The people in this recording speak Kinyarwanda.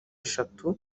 esheshatu